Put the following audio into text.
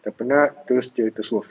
dah penat terus dia terswerve